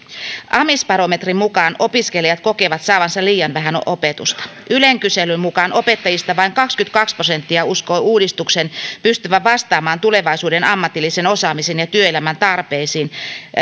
amisbarometrin mukaan opiskelijat kokevat saavansa liian vähän opetusta ylen kyselyn mukaan opettajista vain kaksikymmentäkaksi prosenttia uskoo uudistuksen pystyvän vastaamaan tulevaisuuden ammatillisen osaamisen ja työelämän tarpeisiin